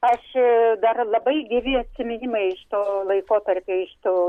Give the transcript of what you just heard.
aš dar labai gyvi atsiminimai iš to laikotarpio iš to